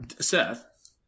Seth